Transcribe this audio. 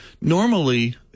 normally